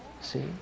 See